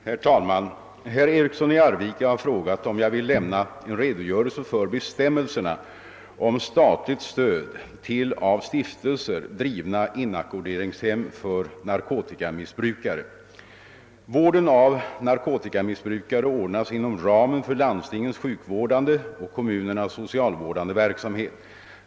Herr talman! Herr Eriksson i Arvika har frågat, om jag vill lämna en redogörelse för bestämmelserna om statligt stöd till av stiftelser drivna inackorderingshem för narkotikamissbrukare. Vården av narkotikamissbrukare ordnas inom ramen för landstingens sjukvårdande och kommunernas socialvårdande verksamhet.